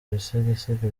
ibisigisigi